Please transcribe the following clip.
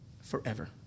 forever